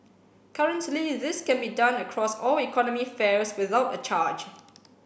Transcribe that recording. currently this can be done across all economy fares without a charge